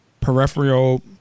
peripheral